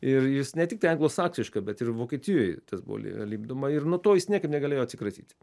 ir jis ne tiktai anglosaksiška bet ir vokietijoj tas buvo lipdoma ir nuo to jis niekaip negalėjo atsikratyti